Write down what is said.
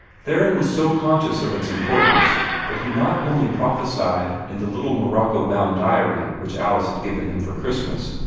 theron was so conscious of its importance that he not only prophesied in the little morocco-bound diary which alice had given him for christmas,